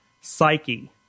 psyche